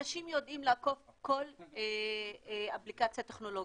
אנשים יודעים לעקוף כל אפליקציה טכנולוגית,